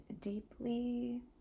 deeply